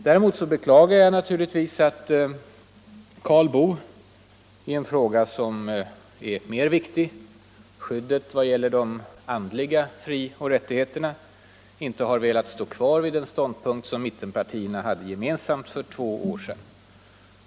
Däremot beklagar jag att Karl Boo i en fråga som är viktigare — skyddet för de andliga frioch rättigheterna — inte har velat stå kvar vid den ståndpunkt som mittenpartierna hade gemensam för två år sedan.